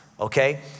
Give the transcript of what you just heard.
Okay